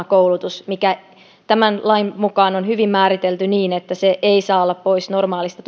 koulutus mikä tämän lain mukaan on hyvin määritelty niin että se ei saa olla pois normaalista